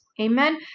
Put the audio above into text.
Amen